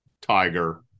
Tiger